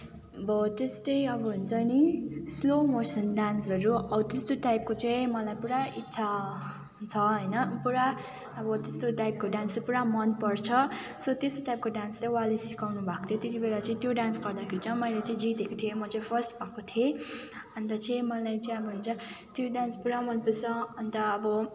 अब त्यस्तै अब हुन्छ नि स्लो मोसन डान्सहरू अब त्यस्तो टाइपको चाहिँ मलाई पुरा इच्छा छ होइन पुरा अब त्यस्तो टाइपको डान्स चाहिँ पुरा मनपर्छ सो त्यस्तो टाइपको डान्स चाहिँ उहाँले सिकाउनु भएको थियो त्यति बेला चाहिँ त्यो डान्स गर्दाखेरि चाहिँ मैले चाहिँ जितेको थिएँ म चाहिँ फर्स्ट भएको थिएँ अन्त चाहिँ मलाई चाहिँ अब हुन्छ त्यो डान्स पुरा मनपर्छ अन्त अब